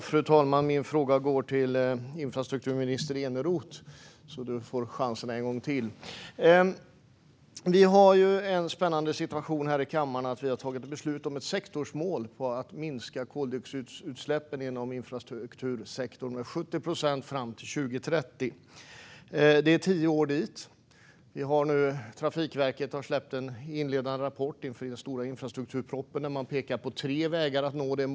Fru talman! Min fråga går till infrastrukturminister Eneroth, som nu får ytterligare en chans. Här i kammaren har vi den spännande situationen att vi har fattat beslut om ett sektorsmål om att minska koldioxidutsläppen inom infrastruktursektorn med 70 procent fram till 2030. Det är tio år dit. Trafikverket har nu släppt en inledande rapport inför den stora infrastrukturpropositionen. Man pekar på tre vägar att nå målet.